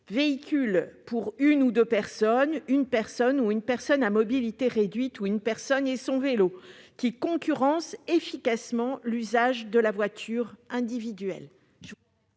pour une ou deux personnes, une personne à mobilité réduite ou une personne et son vélo, qui concurrencent efficacement l'usage de la voiture individuelle.